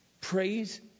Praise